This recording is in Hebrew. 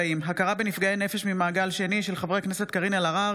בהצעתם של חברי הכנסת קארין אלהרר,